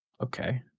Okay